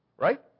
right